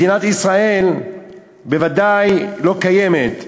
מדינת ישראל בוודאי לא קיימת,